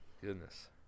goodness